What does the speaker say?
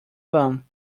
fun